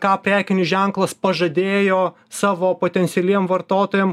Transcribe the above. ką prekinis ženklas pažadėjo savo potencialiem vartotojam